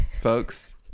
folks